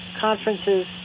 conferences